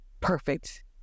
perfect